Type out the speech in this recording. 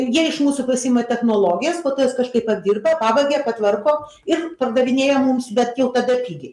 jie iš mūsų pasiima technologijas po to jas kažkaip apdirba pavagia patvarko ir pardavinėja mums bet jau tada pigiai